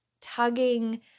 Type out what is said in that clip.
tugging